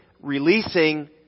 releasing